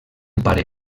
pare